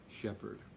shepherd